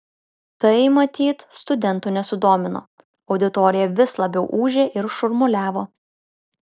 tai matyt studentų nesudomino auditorija vis labiau ūžė ir šurmuliavo